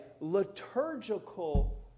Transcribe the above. liturgical